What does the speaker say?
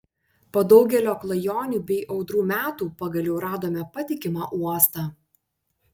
po daugelio klajonių bei audrų metų pagaliau radome patikimą uostą